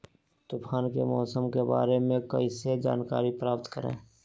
तूफान के मौसम के बारे में कैसे जानकारी प्राप्त करें?